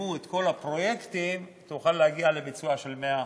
שיסיימו את כל הפרויקטים תוכל להגיע לביצוע של 100%,